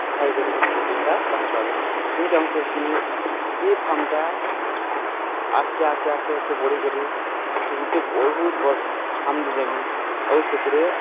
ଖାଇକରି ସେ ପ୍ରୋଟିନ୍ଟା ବାହାର୍କରାବେ ମୁଇଁ ଚାହୁଁଚେ କି ଇ ଫାର୍ମ୍ଟା ଆଗ୍କେ ଆଗ୍କେ ଆଗ୍କେ ଆଗ୍କେ ବଢ଼ିକରି ଲାଷ୍ଟ୍କେ ଗୁଟେ ବହୁତ୍ ବଡ଼୍ ଫାର୍ମ୍ଟେ ଦମି ଆଉ ସେଥିରେ